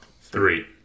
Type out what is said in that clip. three